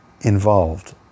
involved